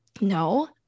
no